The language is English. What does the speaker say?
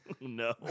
no